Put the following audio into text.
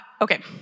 Okay